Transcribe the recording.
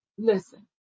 Listen